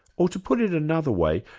or, to put it another way,